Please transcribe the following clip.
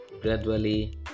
Gradually